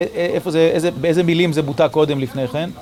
איפה זה, באיזה מילים זה בוטה קודם לפני כן?